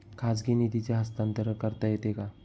खाजगी निधीचे हस्तांतरण करता येते का?